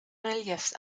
reliefs